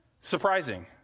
Surprising